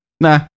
Nah